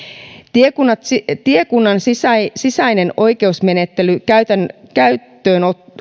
tiekunnan sisäinen sisäinen oikeusmenettelyn käyttöön